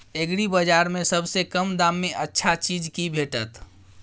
एग्रीबाजार में सबसे कम दाम में अच्छा चीज की भेटत?